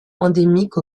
endémique